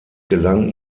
gelang